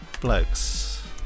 Blokes